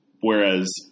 whereas